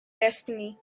destiny